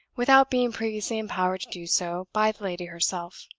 without being previously empowered to do so by the lady herself.